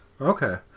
Okay